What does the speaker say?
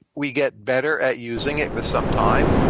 we get better at using it with some time.